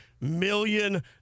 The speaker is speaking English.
million